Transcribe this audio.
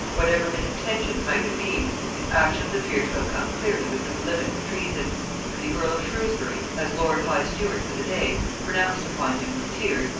whatever his intentions might have been, his actions appear to have come clearly within the limits of treason and the earl of shrewsbury, as lord-high-steward for the day, pronounced upon him, with tears,